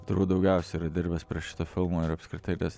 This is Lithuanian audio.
turbūt daugiausia yra dirbęs prie šito filmo ir apskritai kas